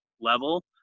level